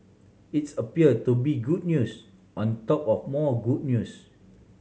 it's appear to be good news on top of more good news